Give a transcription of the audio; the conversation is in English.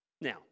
Now